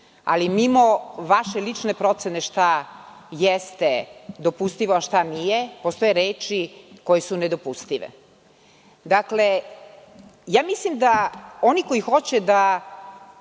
ali mimo vaše lične procene šta jeste dopustivo, a šta nije, postoje reči koje su nedopustive. Dakle, mislim da oni koji hoće da